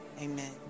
amen